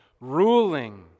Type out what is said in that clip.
ruling